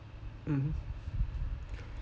mmhmm